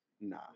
Nah